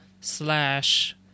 slash